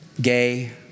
gay